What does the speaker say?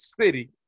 city